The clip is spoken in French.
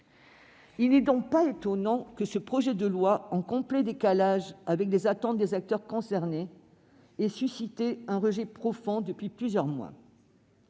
Il n'est donc pas étonnant que ce projet de loi, en complet décalage avec les attentes des acteurs concernés, ait suscité un rejet profond depuis plusieurs mois.